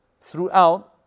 throughout